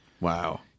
wow